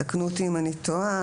תקנו אותי אם אני טועה,